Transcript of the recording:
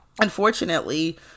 unfortunately